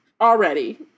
already